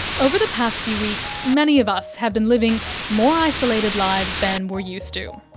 over the past few weeks, many of us have been living more isolated lives than we're used to.